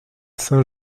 saint